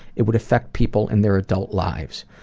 it would affect people in their adult lives.